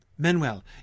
Manuel